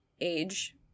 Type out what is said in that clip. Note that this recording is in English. age